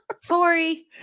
Sorry